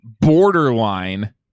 Borderline